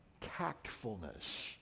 tactfulness